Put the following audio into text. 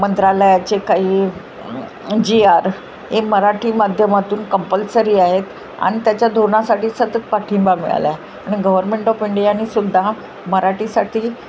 मंत्रालयाचे काही G R हे मराठी माध्यमातून कंपल्सरी आहेत आणि त्याच्या धोरणासाठी सतत पाठिंबा मिळाला आहे आणि गव्हर्मेंट ऑफ इंडियाने सुद्धा मराठीसाठी